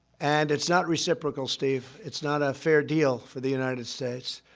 and it's not reciprocal, steve. it's not a fair deal for the united states.